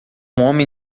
homem